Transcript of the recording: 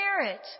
spirit